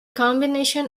combination